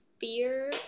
fear